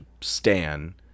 Stan